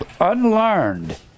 unlearned